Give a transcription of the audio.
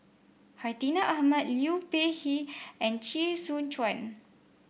Hartinah Ahmad Liu Peihe and Chee Soon Juan